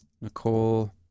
Nicole